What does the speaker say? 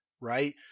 right